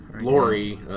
Lori